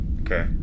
Okay